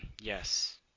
Yes